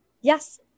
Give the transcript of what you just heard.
Yes